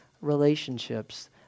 relationships